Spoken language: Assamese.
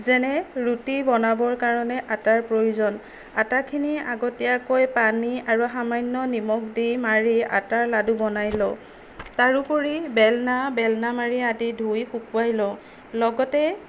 যেনে ৰুটি বনাবৰ কাৰণে আটাৰ প্ৰয়োজন আটাখিনি আগতীয়াকৈ পানী আৰু সামান্য নিমখ দি মাৰি আটাৰ লাড়ু বনাই লওঁ তাৰোপৰি বেলনা বেলনামাৰি আদি ধুই শুকুৱাই লওঁ লগতে